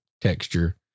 texture